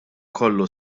kollu